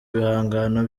ibihangano